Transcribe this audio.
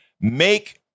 Make